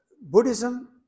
Buddhism